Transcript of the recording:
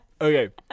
Okay